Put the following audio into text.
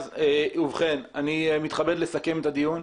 ובכן, אני מתכבד לסכם את הדיון.